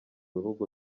bihugu